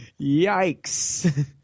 Yikes